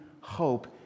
hope